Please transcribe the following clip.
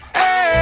hey